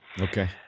Okay